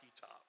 Top